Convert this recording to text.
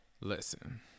Listen